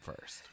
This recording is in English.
first